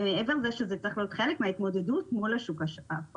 מעבר לכך שזה צריך להיות חלק מההתמודדות מול השוק האפור,